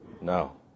No